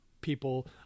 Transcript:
people